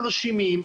אין תרשימים,